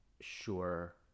sure